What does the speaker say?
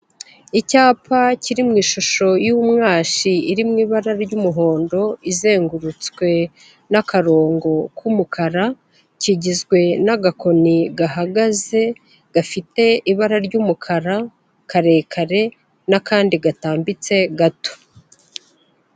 icyapa kiri mu ishusho y'umwashi, iri mu ibara ry'umuhondo, izengurutswe n'akarongo k'umukara, kigizwe n'agakoni gahagaze, gafite ibara ry'umukara, karerekare n'akandi gatambitse gato.